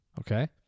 Okay